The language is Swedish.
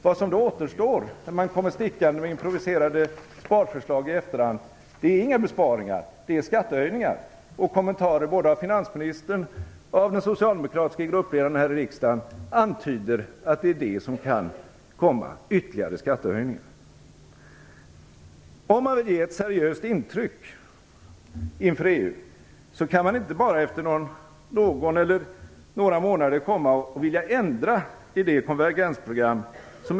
Vad som då återstår när man kommer stickande med improviserade sparförslag i efterhand är inga besparingar, det är skattehöjningar. Kommentarer både av finansministen och av den socialdemokratiska gruppledaren här i riksdagen antyder att det är ytterligare skattehöjningar som kan komma.